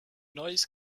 noise